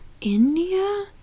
India